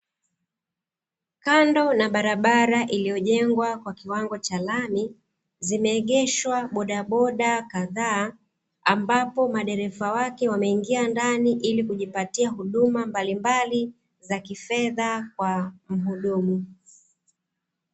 Kando ya barabara iliyojengwa kwa kiwango cha lami, zimeengeshwa bodaboda kadhaa ambapo madereva wake wameingia ndani ili kujipatia huduma mbalimbali za kifedha kwa mhudumu.